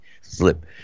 slip